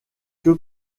que